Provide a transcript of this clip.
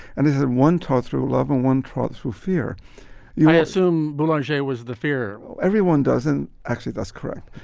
and one taught through love and one trott's who fear you get some bluejay was the fear everyone doesn't, actually. that's correct.